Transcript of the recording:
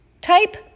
Type